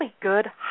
good